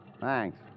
Thanks